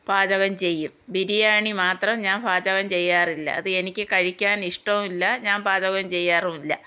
പാചകം ചെയ്യും ബിരിയാണി മാത്രം ഞാൻ പാചകം ചെയ്യാറില്ല അത് എനിക്ക് കഴിക്കാൻ ഇഷ്ടമില്ല ഞാൻ പാചകം ചെയ്യാറുമില്ല